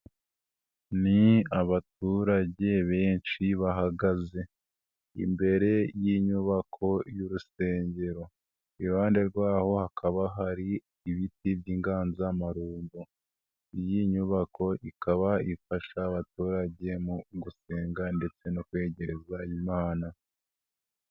Ni abaturage benshi bahagaze imbere y'inyubako y'urusengero, iruhande rwaho hakaba hari ibiti by'inganzamarumbo, iyi nyubako ikaba ifasha abaturage mu gusenga ndetse no kwiyegereza imana.